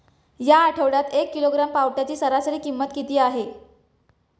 या आठवड्यात एक किलोग्रॅम पावट्याची सरासरी किंमत किती आहे?